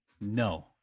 No